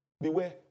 Beware